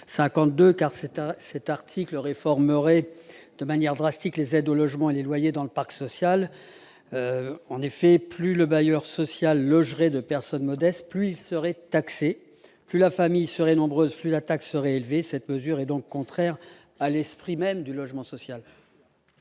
rectifié. L'article 52 réformerait de manière drastique les aides au logement et les loyers dans le parc social. En effet, plus le bailleur social logerait de personnes modestes, plus il serait taxé ; plus la famille serait nombreuse, plus la taxe serait élevée. Cette mesure est contraire à l'esprit du logement social.